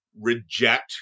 reject